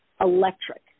electric